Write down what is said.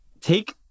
take